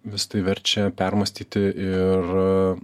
visa tai verčia permąstyti ir